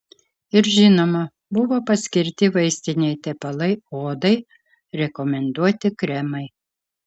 ir žinoma buvo paskirti vaistiniai tepalai odai rekomenduoti kremai